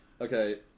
Okay